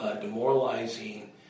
demoralizing